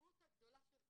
התמימות הגדולה של כולם.